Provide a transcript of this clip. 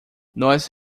nós